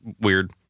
weird